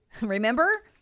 Remember